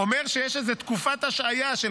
אומר שיש איזה תקופת השהיה של